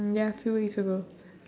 mm ya few weeks ago